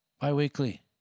bi-weekly